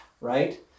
right